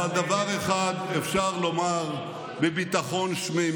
אפשר עוד פעם לקרוא את זה,